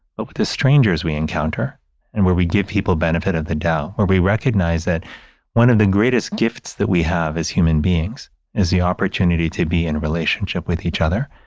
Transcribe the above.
but with the strangers we encounter and where we give people benefit of the doubt. or we recognize that one of the greatest gifts that we have as human beings is the opportunity to be in a relationship with each other.